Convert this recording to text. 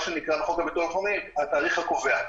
שנקרא בחוק הביטוח הלאומי "התאריך הקובע".